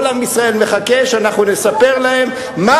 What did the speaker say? כל עם ישראל מחכה שאנחנו נספר להם מה